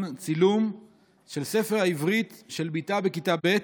צילום של ספר עברית של בִּתה בכיתה ב'